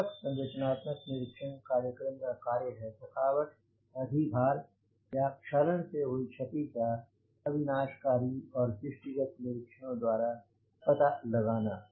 पूरक संरचनात्मक निरीक्षण कार्यक्रम का कार्य है थकावट अधिभार या क्षरण से हुई क्षति का अविनाशकारी और दृष्टि गत निरीक्षणों द्वारा पता लगाना